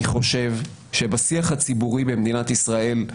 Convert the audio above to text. אני חושב שבשיח הציבורי במדינת ישראל,